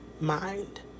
mind